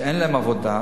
שאין להם עבודה,